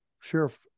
sheriff